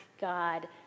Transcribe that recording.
God